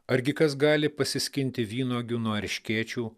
argi kas gali pasiskinti vynuogių nuo erškėčių